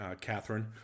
Catherine